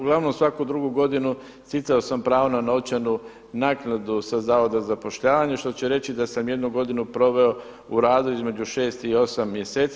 Uglavnom svaku drugu godinu stjecao sam pravo na novčanu naknadu sa Zavoda za zapošljavanje što će reći da sam jednu godinu proveo u radu između 6 i 8 mjeseci.